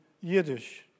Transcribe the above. Yiddish